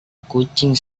kucing